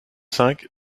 cinq